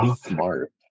smart